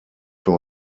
für